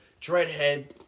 Dreadhead